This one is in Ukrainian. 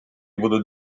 будуть